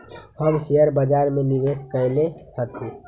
हम शेयर बाजार में निवेश कएले हती